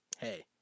Hey